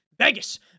Vegas